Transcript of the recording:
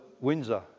Windsor